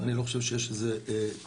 אני לא חושב שיש בזה קושי,